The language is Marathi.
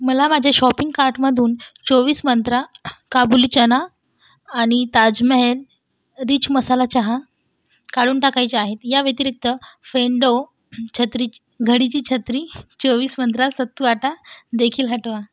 मला माझ्या शॉपिंग कार्टमधून चोवीस मंत्रा काबुली चणा आणि ताज महाल रिच मसाला चहा काढून टाकायचे आहेत या व्यतिरिक्त फेंडो छत्रीच घडीची छत्री चोवीस मंत्रा सत्तू आटा देखील हटवा